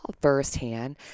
firsthand